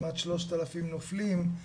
כמעט 3,000 נופלים,